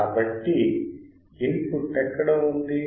కాబట్టి ఇన్పుట్ ఎక్కడ ఉంది